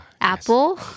Apple